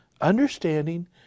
understanding